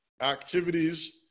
activities